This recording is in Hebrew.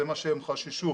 זה מה שהם חששו,